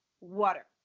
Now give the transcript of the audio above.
water